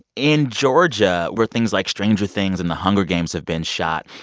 in georgia, where things like stranger things and the hunger games have been shot,